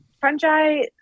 fungi